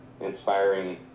inspiring